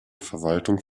verwaltung